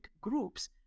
groups